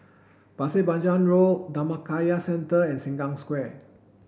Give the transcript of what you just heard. Pasir Panjang Road Dhammakaya Centre and Sengkang Square